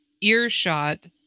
earshot